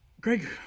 Greg